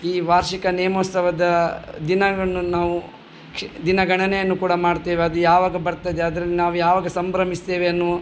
ಈ ವಾರ್ಷಿಕ ನೇಮೋತ್ಸವದ ದಿನವನ್ನು ನಾವು ಕ್ಷ ದಿನಗಣನೆಯನ್ನು ಕೂಡ ಮಾಡ್ತೇವೆ ಅದು ಯಾವಾಗ ಬರ್ತದೆ ಅದನ್ನು ನಾವು ಯಾವಾಗ ಸಂಭ್ರಮಿಸ್ತೇವೆ ಅನ್ನೋ